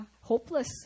hopeless